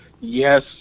Yes